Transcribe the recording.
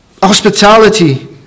hospitality